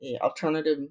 Alternative